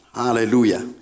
Hallelujah